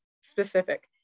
specific